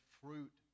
fruit